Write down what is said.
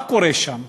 מה קורה שם?